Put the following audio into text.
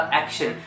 action।